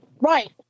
Right